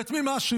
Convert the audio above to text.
ואת מי מאשימים?